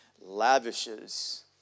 lavishes